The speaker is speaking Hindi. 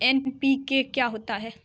एन.पी.के क्या होता है?